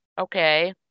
Okay